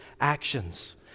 actions